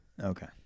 Okay